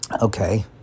Okay